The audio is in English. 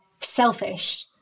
selfish